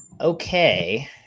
Okay